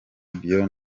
bibio